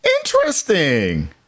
Interesting